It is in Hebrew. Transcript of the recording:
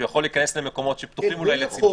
שהוא יכול להיכנס למקומות שפתוחים אולי לציבור,